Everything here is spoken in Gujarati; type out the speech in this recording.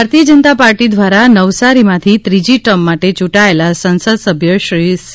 પાટીલ ભારતીય જનતા પાર્ટી દ્વારા નવસારીમાંથી ત્રીજી ટર્મ માટે ચૂંટાયેલા સંસદ સભ્ય શ્રી સી